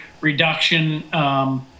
reduction